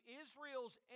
Israel's